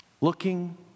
looking